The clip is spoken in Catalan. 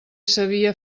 sabia